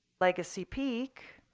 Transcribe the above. legacy peak,